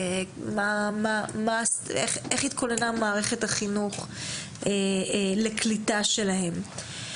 איך התכוננה מערכת החינוך לקליטה שלהם.